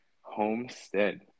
Homestead